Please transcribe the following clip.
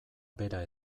bera